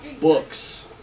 books